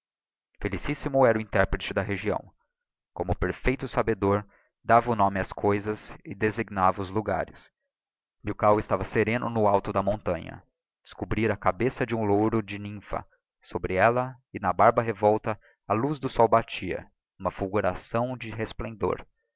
felicissimo era o interprete da região como perfeito sabedor dava o nome ás coisas e desi gnava os logares milkau estava sereno no alto da montanha descobrira a cabeça de um louro de nympha e sobre ella e na barba revolta a luz do sol batia n'uma fulguração de resplendor